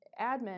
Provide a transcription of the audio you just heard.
admin